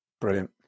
brilliant